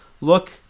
look